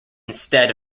instead